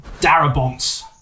Darabont's